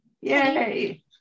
Yay